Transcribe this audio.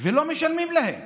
לא משלמים להם.